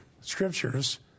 scriptures